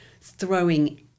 throwing